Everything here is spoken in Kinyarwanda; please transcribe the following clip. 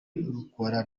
rukora